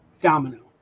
domino